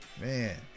man